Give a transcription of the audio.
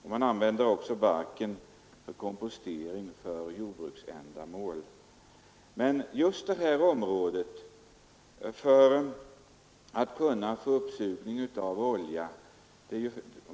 Barken används även för kompostering till jordbruksändamål.